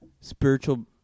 spiritual